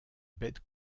beth